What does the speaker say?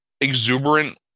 exuberant